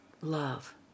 love